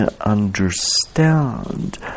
understand